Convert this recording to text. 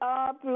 up